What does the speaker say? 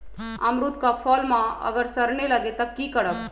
अमरुद क फल म अगर सरने लगे तब की करब?